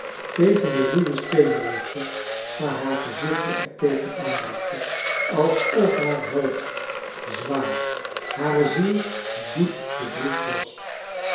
tegen de ruwe steenen legde maar haar gezichtje er tegen aandrukte alsof haar hoofd zwaar hare ziel diep bedroefd was